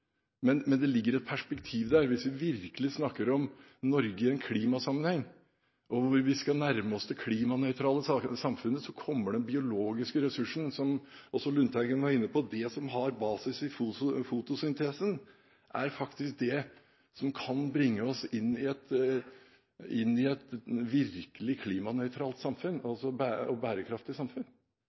Men det ligger et perspektiv der. Hvis vi virkelig snakker om Norge i en klimasammenheng, at vi skal nærme oss det klimanøytrale samfunnet, så kommer den biologiske ressursen, som også Lundteigen var inne på, inn. Det som har basis i fotosyntesen, er faktisk det som kan bringe oss inn i et virkelig klimanøytralt og bærekraftig samfunn. Det ignoreres i